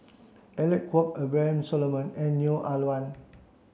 Alec Kuok Abraham Solomon and Neo Ah Luan